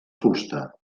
fusta